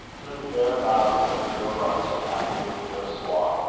through the bare boughs of the overarching avenue of the ghost's walk,